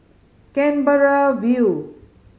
Canberra View